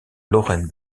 lauren